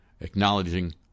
Acknowledging